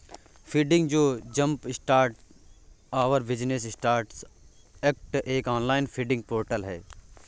funding जो Jumpstart Our Business Startups Act एक online funding portal है